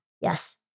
yes